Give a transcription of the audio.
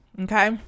Okay